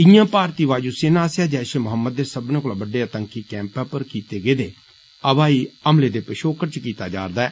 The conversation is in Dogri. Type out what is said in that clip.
इयां भारती वायु सेना आस्सेआ जैषे मोहम्मद दे सब्बनें कोला बड्डे आतंकी कैम्प पर कीते गेदे हवाई हमलें दे पछोकड़ च कीता जारदा ऐ